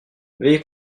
veuillez